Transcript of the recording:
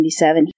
1977